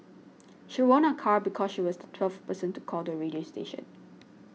she won a car because she was the twelfth person to call the radio station